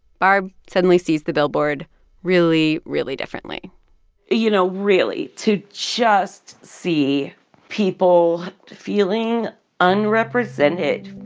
barb suddenly sees the billboard really, really differently you you know, really, to just see people feeling unrepresented,